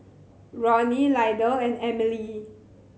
Ronny Lydell and Emilie